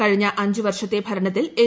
കഴിഞ്ഞ അഞ്ച് വർഷത്തെ ഭരണത്തിൽ എൻ